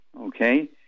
okay